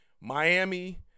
Miami